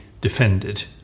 defended